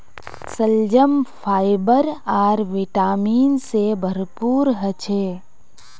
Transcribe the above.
शलजम फाइबर आर विटामिन से भरपूर ह छे